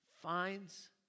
finds